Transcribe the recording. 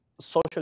social